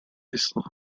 islam